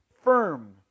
firm